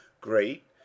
great